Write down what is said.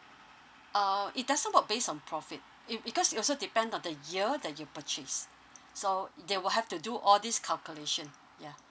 uh it does not work based on profit it because it also depend on the year that you purchase so they will have to do all this calculation yeah